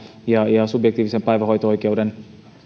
ja ja subjektiivisen päivähoito oikeuden